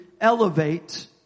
elevate